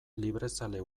librezale